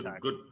good